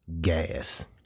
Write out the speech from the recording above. gas